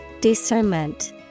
Discernment